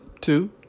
two